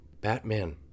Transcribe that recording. Batman